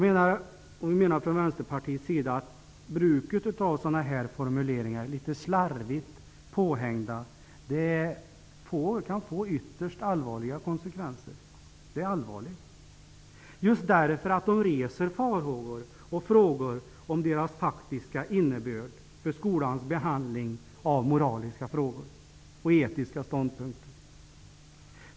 Vi i Vänsterpartiet anser att bruket av sådana här formuleringar, litet slarvigt påhängda, kan få ytterst allvarliga konsekvenser. Detta är allvarligt just därför att sådana formuleringar reser frågor om och farhågor för deras faktiska inverkan på skolans behandling av moralfrågor och etiska ståndpunkter.